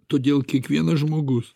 todėl kiekvienas žmogus